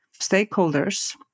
stakeholders